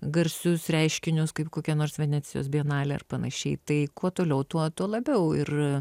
garsius reiškinius kaip kokia nors venecijos bienalė ar panašiai tai kuo toliau tuo tuo labiau ir